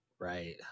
right